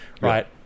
right